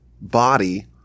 body